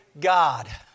God